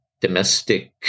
domestic